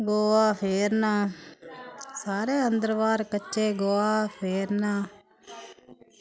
गोहा फेरना सारे अंदर बाह्र कच्चे गोहा फेरना